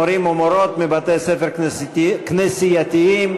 מורים ומורות בבתי-ספר כנסייתיים,